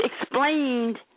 explained